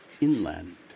inland